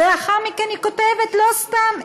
לאחר מכן היא כותבת, לא סתם: